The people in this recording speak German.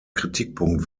kritikpunkt